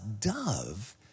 dove